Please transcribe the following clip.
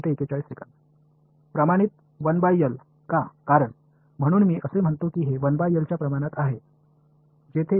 மாணவர் 1 L க்கு விகிதாசாரமானது ஏன் ஏனெனில் இது 1 L க்கு விகிதாசாரமானது என்று நான் சொல்கிறேன்